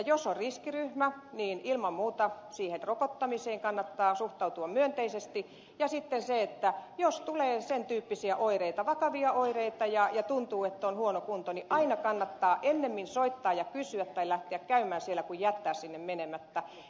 jos on riskiryhmä niin ilman muuta siihen rokottamiseen kannattaa suhtautua myönteisesti ja sitten jos tulee sen tyyppisiä oireita vakavia oireita ja tuntuu että on huono kunto niin aina kannattaa ennemmin soittaa ja kysyä tai lähteä käymään terveyskeskuksessa kuin jättää sinne menemättä